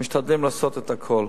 משתדלים לעשות את הכול.